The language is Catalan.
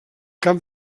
camp